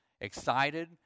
excited